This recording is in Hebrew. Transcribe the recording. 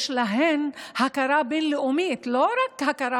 יש להן הכרה בין-לאומית, לא רק הכרה